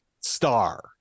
star